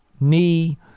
Knee